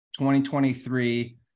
2023